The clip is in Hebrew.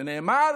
שנאמר